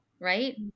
right